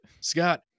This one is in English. scott